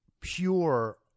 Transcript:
pure